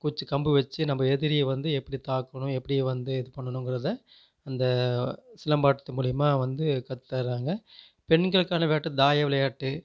குச்சி கம்பு வச்சு நம்ப எதிரியை வந்து எப்படி தாக்கணும் எப்படி வந்து இது பண்ணணும்கிறதை அந்த சிலம்பாட்டத்து மூலியமாக வந்து கற்று தர்றாங்க பெண்களுக்கான விளையாட்டு தாய விளையாட்டு